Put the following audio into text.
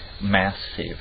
massive